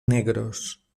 negros